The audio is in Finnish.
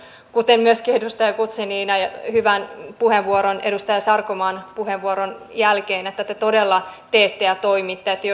toivon kuten myöskin edustaja guzenina edustaja sarkomaan hyvän puheenvuoron jälkeen että te todella teette ja toimitte